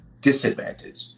disadvantage